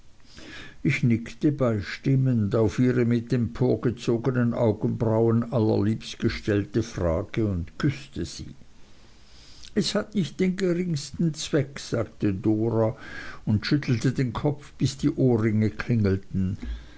ich nickte beistimmend auf ihre mit emporgezognen augenbrauen allerliebst gestellte frage und küßte sie es hat nicht den geringsten zweck sagte dora und schüttelte den kopf bis die ohrringe klingelten